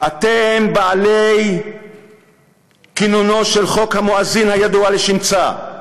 אתם בעלי כינונו של חוק המואזין, הידוע לשמצה,